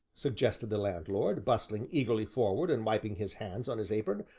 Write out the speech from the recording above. suggested the landlord, bustling eagerly forward and wiping his hands on his apron,